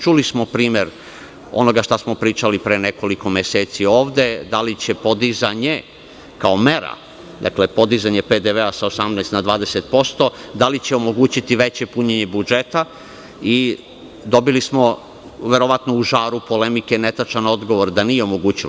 Čuli smo primer onoga šta smo pričali pre nekoliko meseci ovde, da li će podizanje, kao mera, PDV sa 18% na 20%, da li će omogućiti veće punjenje budžeta i dobili smo, verovatno u žaru polemike, netačan odgovor da nije omogućilo.